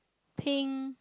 pink